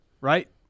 Right